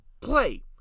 play